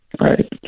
Right